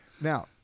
Now